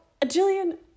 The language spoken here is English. Jillian